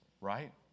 Right